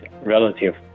relative